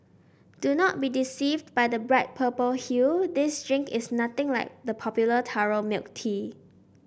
do not be deceived by the bright purple hue this drink is nothing like the popular taro milk tea